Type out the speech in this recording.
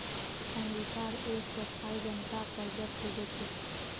अमेरिकार एक चौथाई जनता कर्जत डूबे छेक